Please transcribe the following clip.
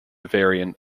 variant